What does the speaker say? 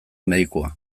medikua